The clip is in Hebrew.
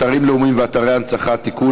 אתרים לאומיים ואתרי הנצחה (תיקון,